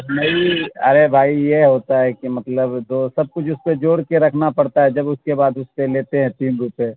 نہیں ارے بھائی یہ ہوتا ہے کہ مطلب دو سب کچھ اس پہ جوڑ کے رکھنا پڑتا ہے جب اس کے بعد اس پہ لیتے ہیں تین روپے